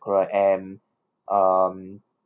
correct and um